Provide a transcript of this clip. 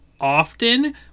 often